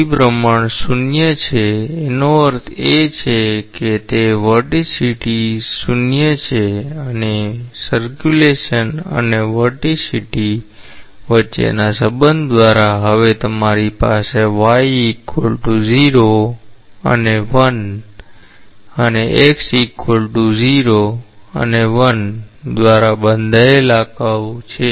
પરિભ્રમણ 0 છે તેનો અર્થ એ છે કે તે વર્ટિસિટી 0 છે અને પરિભ્રમણ અને વર્ટિસિટી વચ્ચેના સંબંધ દ્વારા હવે તમારી પાસે y 0 અને 1 અને x 0 અને 1 દ્વારા બંધાયેલ કર્વ છે